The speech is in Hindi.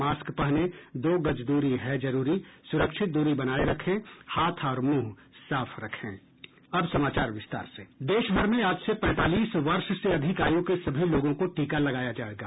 मास्क पहनें दो गज दूरी है जरूरी सुरक्षित दूरी बनाये रखें हाथ और मुंह साफ रखें देश भर में आज से पैंतालीस वर्ष से अधिक आयु के सभी लोगों को टीका लगाया जाएगा